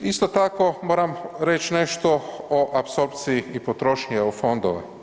Isto tako moram reć nešto o apsorpciji i potrošnji EU fondova.